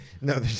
No